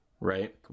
right